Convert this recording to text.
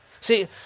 see